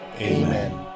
Amen